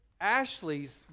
Ashley's